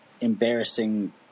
embarrassing